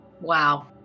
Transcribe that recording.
Wow